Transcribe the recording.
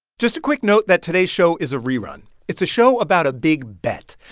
just a quick note that today's show is a rerun. it's a show about a big bet.